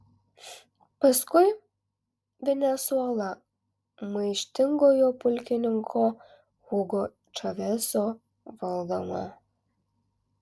paskui venesuela maištingojo pulkininko hugo čaveso valdoma